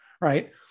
right